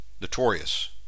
notorious